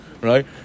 right